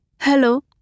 hello